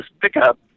pickup